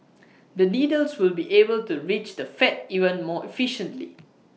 the needles will be able to reach the fat even more efficiently